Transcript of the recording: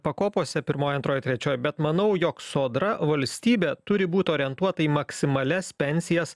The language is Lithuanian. pakopose pirmoj antroj trečioj bet manau jog sodra valstybė turi būt orientuota į maksimalias pensijas